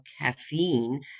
caffeine